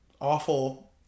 awful